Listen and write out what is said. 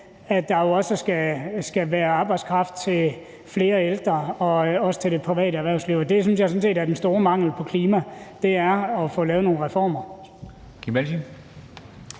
at der også skal være arbejdskraft til flere ældre og også i det private erhvervsliv. Det, jeg sådan set synes er den store mangel inden for klimaområdet, er, at der ikke er lavet nogle reformer.